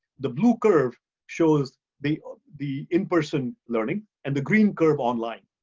the blue curve shows the the in-person learning, and the green curve online.